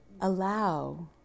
allow